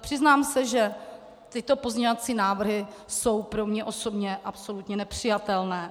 Přiznám se, že tyto pozměňovací návrhy jsou pro mě osobně absolutně nepřijatelné.